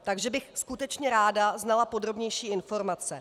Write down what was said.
Takže bych skutečně ráda znala podrobnější informace.